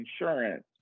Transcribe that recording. insurance